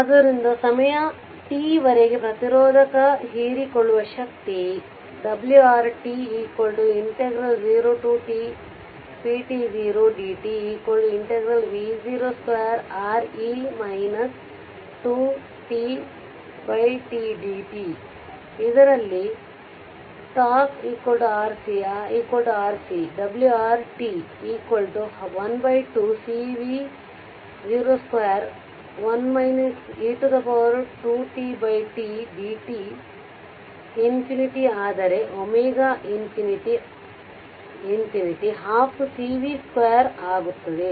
ಆದ್ದರಿಂದ ಸಮಯ t ವರೆಗೆ ಪ್ರತಿರೋಧಕ ಹೀರಿಕೊಳ್ಳುವ ಶಕ್ತಿ w R 0tpt0 dtv0 2Re 2tTdt ಇದರಲ್ಲಿ τ RC RC w R½CV021 e 2tTdt t infinity ಆದರೆ ಒಮೆಗಾ ಇನ್ಫಿನಿಟಿ ½ಆಗುತ್ತದೆ